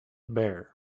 bare